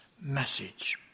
message